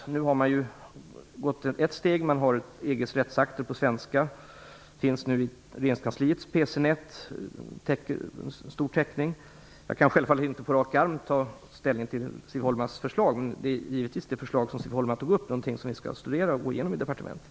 Nu har man gått ett steg genom att EG:s rättsakter finns på svenska. De finns nu i regeringskansliets PC-nät med stor täckning. Jag kan självfallet inte på rak arm ta ställning till Siv Holmas förslag, men det är givetvis något som vi skall studera och gå igenom i departementet.